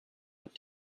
but